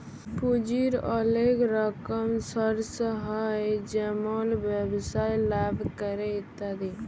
পুঁজির ওলেক রকম সর্স হ্যয় যেমল ব্যবসায় লাভ ক্যরে ইত্যাদি